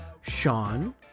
Sean